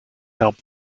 help